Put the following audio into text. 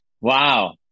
Wow